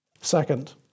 Second